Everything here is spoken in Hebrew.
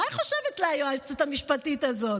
מה היא חושבת לה, היועצת המשפטית הזאת?